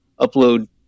upload